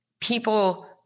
people